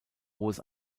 hohes